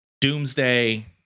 Doomsday